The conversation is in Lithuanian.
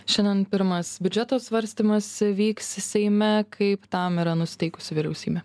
šiandien pirmas biudžeto svarstymas vyks seime kaip tam yra nusiteikusi vyriausybė